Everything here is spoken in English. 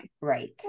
Right